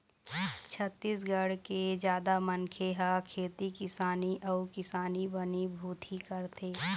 छत्तीसगढ़ के जादा मनखे ह खेती किसानी अउ किसानी बनी भूथी करथे